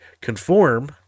conform